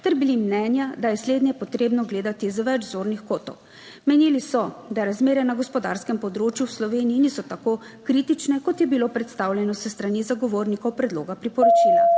ter bili mnenja, da je slednje potrebno gledati z več zornih kotov. Menili so, da razmere na gospodarskem področju v Sloveniji niso tako kritične, kot je bilo predstavljeno s strani zagovornikov predloga priporočila.